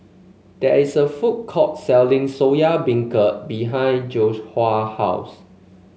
there is a food court selling Soya Beancurd behind Joshuah house